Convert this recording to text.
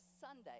Sunday